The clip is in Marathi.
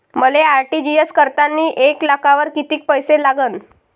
मले आर.टी.जी.एस करतांनी एक लाखावर कितीक पैसे लागन?